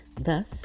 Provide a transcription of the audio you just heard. Thus